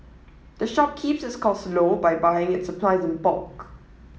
the shop keeps its costs low by buying its supplies in bulk